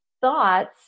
thoughts